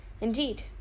Indeed